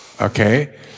Okay